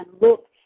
look